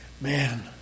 Man